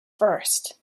first